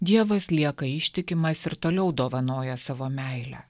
dievas lieka ištikimas ir toliau dovanoja savo meilę